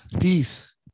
Peace